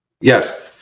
Yes